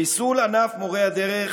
חיסול ענף מורי הדרך